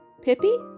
Pippi